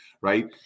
right